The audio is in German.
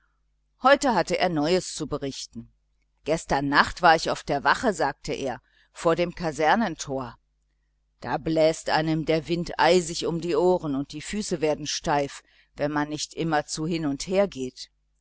heute hatte er neues zu berichten heute nacht war ich auf der wache sagte er vor dem kasernentor da bläst einem der wind eisig um die ohren und die füße werden steif wenn man nicht immerzu hin und her